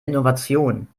innovation